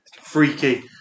Freaky